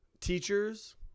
teachers